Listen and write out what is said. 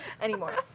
Anymore